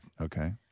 Okay